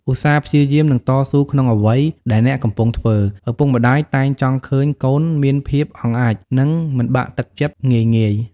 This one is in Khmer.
ឧស្សាហ៍ព្យាយាម និងតស៊ូក្នុងអ្វីដែលអ្នកកំពុងធ្វើ ឪពុកម្ដាយតែងចង់ឃើញកូនមានភាពអង់អាច និងមិនបាក់ទឹកចិត្តងាយៗ។